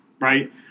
right